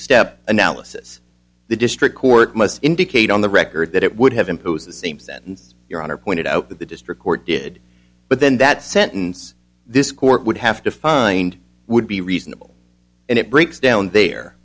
step analysis the district court must indicate on the record that it would have imposed the same sentence your honor pointed out that the district court did but then that sentence this court would have to find would be reasonable and it breaks down there